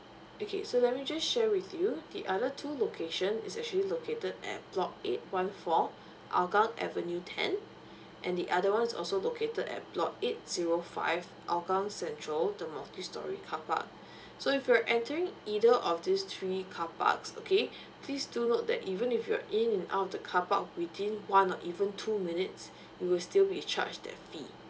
okay so let me just share with you the other two location is actually located at block eight one four hougang avenue ten and the other one is also located at block eight zero five hougang central the multistorey car park so if you're entering either of these three car parks okay please do note that even if you're in and out of the car park within one or even two minutes you will still be charged that fee